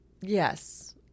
Yes